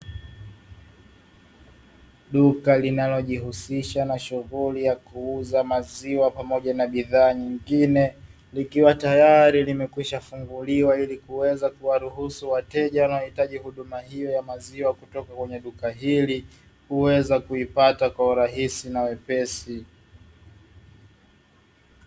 Duka linalojihusisha na shughuli ya kuuza maziwa pamoja na bidhaa nyingine, likiwa tayari limekwishafunguliwa ili kuweza kuwaruhusu wateja wanaohitaji huduma hiyo kutoka kwenye duka hili, kuweza kuipata kwa urahisi na wepesi.